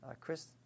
Chris